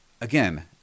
again